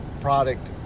product